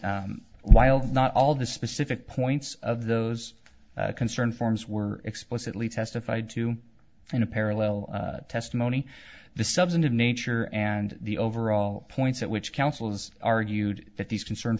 while not all of the specific points of those concerned forms were explicitly testified to in a parallel testimony the substantive nature and the overall points at which counsel's argued that these concern